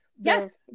Yes